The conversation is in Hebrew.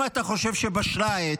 אם אתה חושב שבשלה העת,